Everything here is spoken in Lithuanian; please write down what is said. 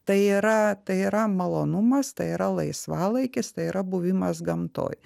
tai yra tai yra malonumas tai yra laisvalaikis tai yra buvimas gamtoj